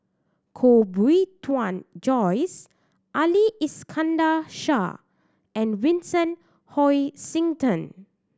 Koh Bee Tuan Joyce Ali Iskandar Shah and Vincent Hoisington